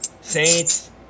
Saints